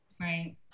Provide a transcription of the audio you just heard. right